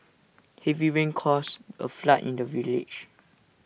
heavy rains caused A flood in the village